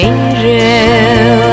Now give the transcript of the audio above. Angel